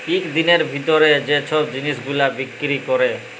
ইক দিলের ভিতরে যে ছব জিলিস গুলা বিক্কিরি ক্যরে